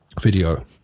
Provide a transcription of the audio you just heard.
video